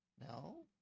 No